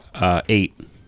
Eight